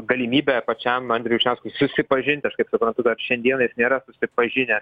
galimybė pačiam andriui vyšniauskui susipažinti aš kaip suprantudar šiandiena jis nėra susipažinęs